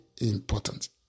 important